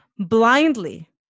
blindly